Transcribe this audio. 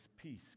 peace